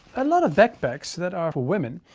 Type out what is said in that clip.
a lot of backpacks that are for women.